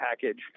package